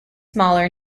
smaller